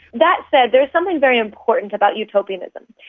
that said, there is something very important about utopianism.